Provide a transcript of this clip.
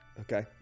Okay